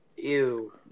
Ew